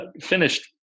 finished